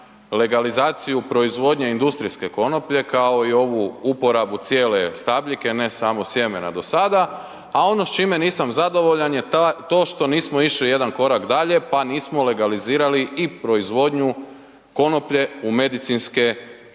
legalizaciju proizvodnje industrijske konoplje, kao i ovu uporabu cijele stabljike, ne samo sjemena do sada, a ono s čime nisam zadovoljan je to što nismo išli jedan korak dalje, pa nismo legalizirali i proizvodnju konoplje u medicinske svrhe.